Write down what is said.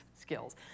skills